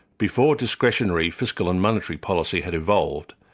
before discretionary fiscal and monetary policy had evolved,